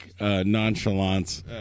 nonchalance